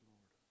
Lord